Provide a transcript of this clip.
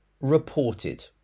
reported